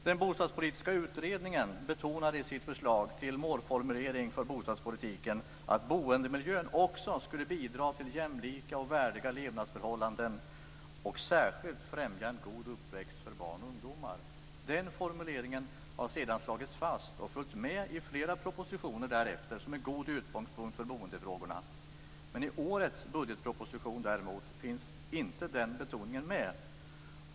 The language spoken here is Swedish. Den bostadspolitiska utredningen betonade i sitt förslag till målformulering för bostadspolitiken att boendemiljön också skulle bidra till jämlika och värdiga levnadsförhållanden och särskilt främja en god uppväxt för barn och ungdomar. Den formuleringen har sedan slagits fast och följt med i flera propositioner därefter som en god utgångspunkt för boendefrågorna. I årets budgetproposition däremot finns den betoningen inte med.